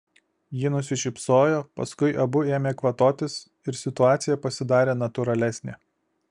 ji nusišypsojo paskui abu ėmė kvatotis ir situacija pasidarė natūralesnė